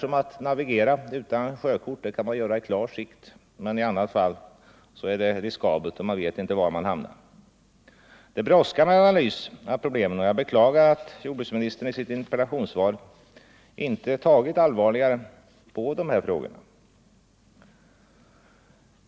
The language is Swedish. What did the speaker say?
jordbrukspolinavigera utan sjökort i oklar sikt. Det är riskabelt, och man vet inte = tiken var man hamnar. Det brådskar med en analys av problemen, och jag beklagar att jordbruksministern i sitt interpellationssvar inte tagit allvarligare på dessa frågor.